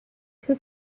who